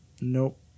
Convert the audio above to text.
Nope